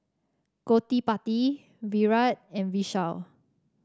Gottipati Virat and Vishal